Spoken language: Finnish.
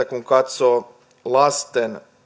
kun katsoo lasten